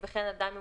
ודאי שתהיה.